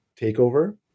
takeover